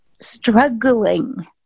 struggling